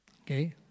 Okay